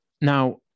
Now